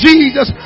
Jesus